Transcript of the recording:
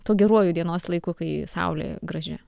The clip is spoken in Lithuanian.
tuo geruoju dienos laiku kai saulė graži